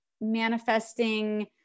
manifesting